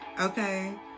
okay